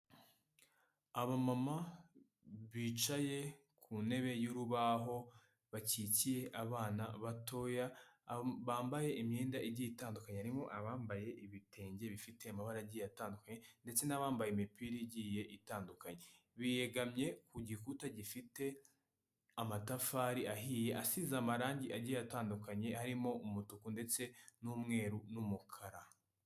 Abamama bicaye ku ntebe y'urubaho bakikiye abana batoya, bambaye imyenda igiye itandukanye, harimo abambaye ibitenge bifite amabara agiye atandukanye ndetse n'abambaye imipira igiye itandukanye, biyegamye ku gikuta gifite amatafari ahiye asize amarangi agiye atandukanye, harimo umutuku ndetse n'umweru n'umukara.